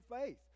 faith